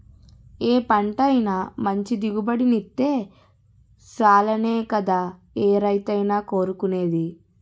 ఏ పంటైనా మంచి దిగుబడినిత్తే సాలనే కదా ఏ రైతైనా కోరుకునేది?